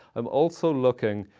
i'm also looking,